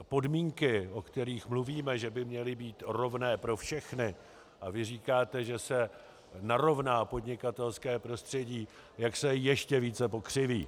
Podmínky, o kterých mluvíme, že by měly být rovné pro všechny, a vy říkáte, že se narovná podnikatelské prostředí, jak se ještě více pokřiví.